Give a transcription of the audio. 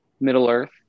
Middle-earth